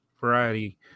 variety